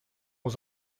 aux